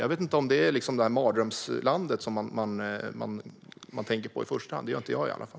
Jag vet inte om Norge är mardrömslandet, som man tänker på i första hand. Det gör inte jag i alla fall.